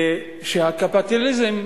ושהקפיטליזם,